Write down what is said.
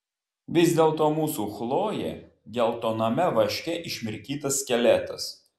vis dėlto mūsų chlojė geltoname vaške išmirkytas skeletas